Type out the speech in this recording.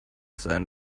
sein